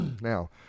Now